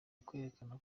ukwerekana